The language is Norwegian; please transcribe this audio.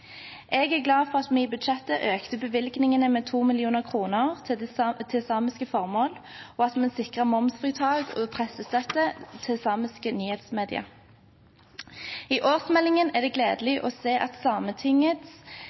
Jeg er glad for at vi i budsjettet økte bevilgningene med 2 mill. kr til samiske formål, og at vi sikret momsfritak og pressestøtte til samiske nyhetsmedier. I årsmeldingen er det gledelig å se at